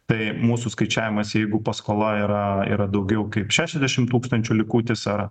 tai mūsų skaičiavimais jeigu paskola yra yra daugiau kaip šešiasdešim tūkstančių likutis ar